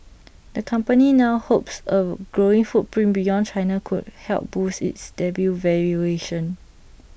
the company now hopes A growing footprint beyond China could help boost its debut valuation